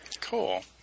Cool